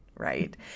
Right